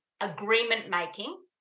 agreement-making